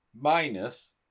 minus